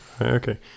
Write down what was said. Okay